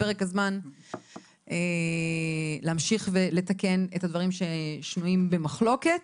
פרק הזמן להמשיך ולתקן את הדברים שהם שנויים במחלוקת.